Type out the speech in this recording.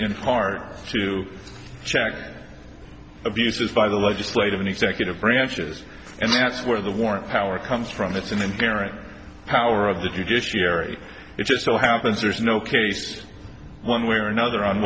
in hard to check abuses by the legislative and executive branches and that's where the warrant power comes from it's an inherent power of the judiciary it just so happens there's no case one way or another on